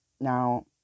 Now